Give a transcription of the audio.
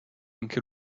anche